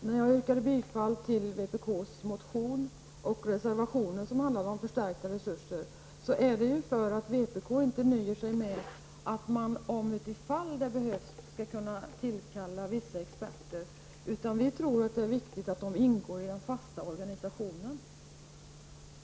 När jag yrkar bifall till vpk:s motion och reservationen som handlar om förstärkta resurser, är det ju för att vpk inte nöjer sig med att man om det behövs skall kunna tillkalla vissa experter. Vi tror att det är viktigt att de ingår i den fasta organisationen.